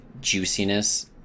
juiciness